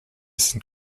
sind